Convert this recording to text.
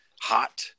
hot